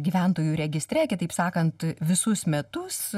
gyventojų registre kitaip sakant visus metus